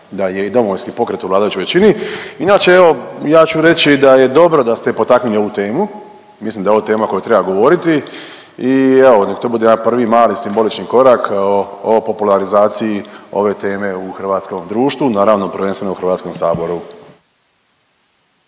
da je i Domovinski pokret u vladajućoj većini. Inače evo ja ću reći da je dobro da ste potaknuli ovu temu. Mislim da je ovo tema o kojoj treba govoriti i evo nek' to bude jedan prvi mali simbolični korak o popularizaciji ove teme u hrvatskom društvu, naravno prvenstveno u Hrvatskom saboru.